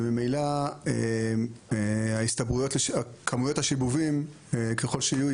וממילא כמויות השיבובים ככל שיהיו,